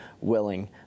Willing